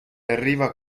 arriva